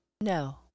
No